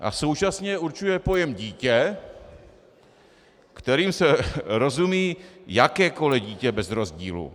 A současně určuje pojem dítě, kterým se rozumí jakékoli dítě bez rozdílu.